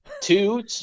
Two